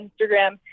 instagram